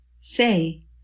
say